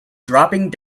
dropping